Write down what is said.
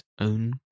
own